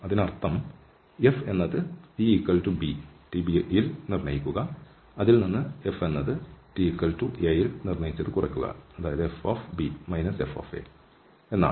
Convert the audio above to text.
അതിനർത്ഥം f എന്നത് tb യിൽ നിർണയിക്കുക അതിൽനിന്ന് f എന്നത് ta യിൽ നിർണയിച്ചത് കുറയ്ക്കുക എന്നാണ്